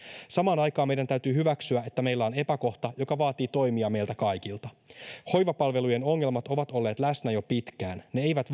samaan aikaan meidän täytyy hyväksyä että meillä on epäkohta joka vaatii toimia meiltä kaikilta hoivapalveluiden ongelmat ovat olleet läsnä jo pitkään ne eivät